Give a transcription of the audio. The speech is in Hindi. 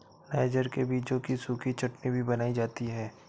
नाइजर के बीजों की सूखी चटनी भी बनाई जाती है